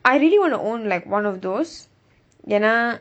I really want to own like one of those ஏன்னா:yaennaa